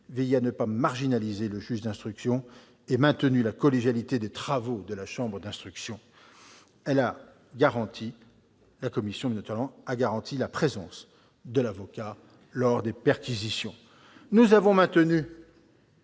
veillé à ne pas marginaliser le juge d'instruction et maintenu la collégialité des travaux de la chambre de l'instruction. La commission a garanti la présence de l'avocat lors des perquisitions. Nous avons maintenu